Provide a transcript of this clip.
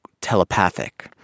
telepathic